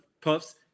Puffs